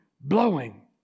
blowing